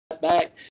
back